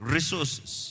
Resources